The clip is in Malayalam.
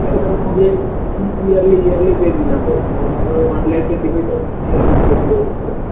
അല്ല സാറ് നമുക്ക് ഈ ഇയർലി ഇയർലി പേയ്മെന്റ് ആണ് വരുന്നത് ഒരു വൺ ലാഖ് ട്വന്റി ഫൈവ് തൗസന്റാണ് ഇയർലി പേയ്മെന്റ് വരുന്നത്